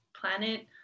planet